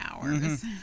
hours